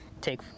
take